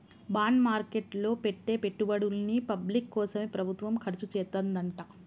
bond market లో పెట్టే పెట్టుబడుల్ని పబ్లిక్ కోసమే ప్రభుత్వం ఖర్చుచేత్తదంట